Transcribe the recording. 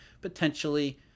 potentially